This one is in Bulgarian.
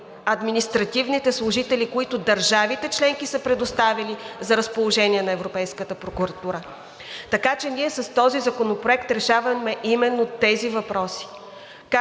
административните служители, които държавите членки са предоставили на разположение на Европейската прокуратура. Така че ние с този законопроект решаваме именно тези въпроси: